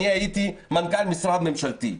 אני הייתי מנכ"ל משרד ממשלתי.